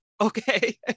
Okay